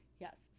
Yes